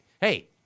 Hey